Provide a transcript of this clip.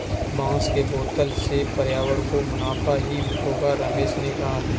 बांस के बोतल से पर्यावरण को मुनाफा ही होगा रमेश ने कहा